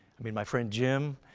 i mean my friend jim,